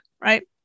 right